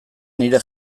nire